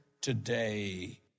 today